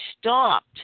stopped